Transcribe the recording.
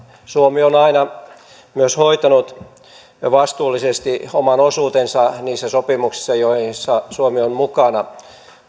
suomi on aina myös hoitanut ja vastuullisesti oman osuutensa niissä sopimuksissa joissa suomi on mukana